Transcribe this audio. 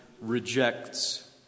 rejects